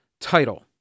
title